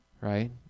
right